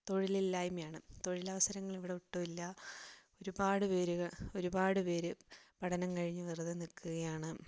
തൊഴിലില്ലായ്മയാണ് തൊഴിലവസരങ്ങൾ ഇവിടെ ഒട്ടുമില്ല ഒരുപാടുപേര് ഒരുപാടുപേര് പഠനം കഴിഞ്ഞു വെറുതേ നിക്കുകയാണ്